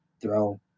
throw